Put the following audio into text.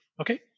Okay